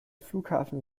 flughafen